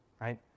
right